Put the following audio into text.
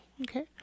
Okay